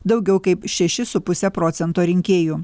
daugiau kaip šeši su puse procento rinkėjų